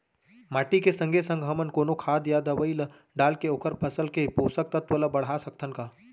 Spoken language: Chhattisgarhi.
माटी के संगे संग हमन कोनो खाद या दवई ल डालके ओखर फसल के पोषकतत्त्व ल बढ़ा सकथन का?